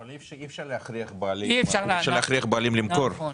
אי אפשר להכריח בעלים למכור.